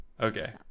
Okay